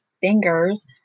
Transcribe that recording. fingers